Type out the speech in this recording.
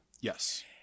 Yes